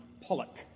Pollock